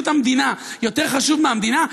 שהדגל הזה יותר גרוע מסמרטוט.